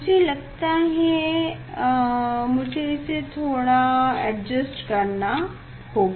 मुझे लगता है इसे मुझे थोड़ा एडजस्ट करना होगा